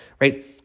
right